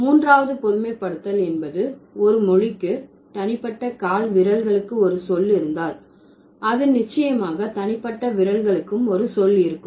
மூன்றாவது பொதுமைப்படுத்தல் என்பது ஒரு மொழிக்கு தனிப்பட்ட கால் விரல்களுக்கு ஒரு சொல் இருந்தால் அது நிச்சயமாக தனிப்பட்ட விரல்களுக்கும் ஒரு சொல் இருக்கும்